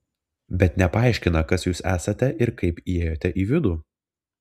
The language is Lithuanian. bet nepaaiškina kas jūs esate ir kaip įėjote į vidų